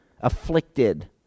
Afflicted